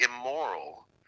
immoral